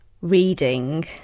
Reading